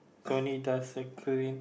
is only dust and clean